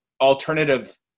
alternative